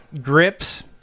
grips